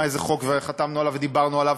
איזה חוק וחתמנו עליו ודיברנו עליו.